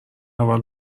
اول